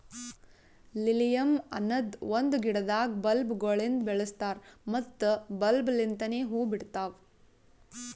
lilium ಅನದ್ ಒಂದು ಗಿಡದಾಗ್ ಬಲ್ಬ್ ಗೊಳಿಂದ್ ಬೆಳಸ್ತಾರ್ ಮತ್ತ ಬಲ್ಬ್ ಲಿಂತನೆ ಹೂವು ಬಿಡ್ತಾವ್